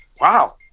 wow